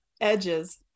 Edges